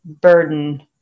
burden